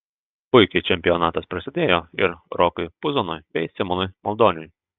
puikiai čempionatas prasidėjo ir rokui puzonui bei simonui maldoniui